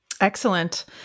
Excellent